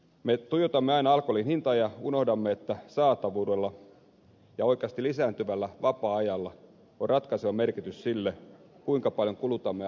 me tuijotamme aina alkoholin hintaa ja unohdamme että saatavuudella ja oikeasti lisääntyvällä vapaa ajalla on ratkaiseva merkitys siinä kuinka paljon kulutamme alkoholia